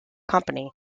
company